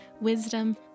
wisdom